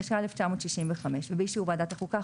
התשכ"ה-1965 ובאישור ועדת החוקה,